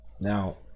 now